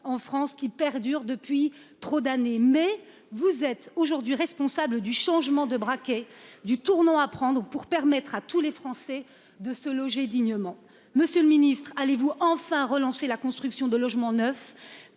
en France, qui perdure depuis trop d'années, mais vous êtes aujourd'hui responsable du changement de braquet, du tournant à prendre pour permettre à tous les Français de se loger dignement. Monsieur le ministre, allez-vous enfin relancer la construction de logements neufs,